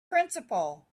principle